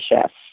chefs